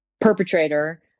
perpetrator